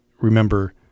remember